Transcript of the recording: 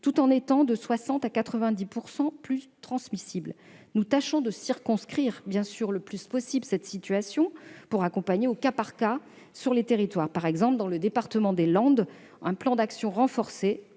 tout en étant de 60 % à 90 % plus transmissibles. Bien sûr, nous tâchons de circonscrire le plus possible cette situation en accompagnant au cas par cas dans les territoires. Par exemple, dans le département des Landes, un plan d'action renforcé